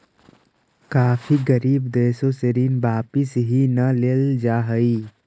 काफी गरीब देशों से ऋण वापिस ही न लेल जा हई